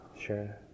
Sure